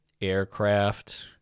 Aircraft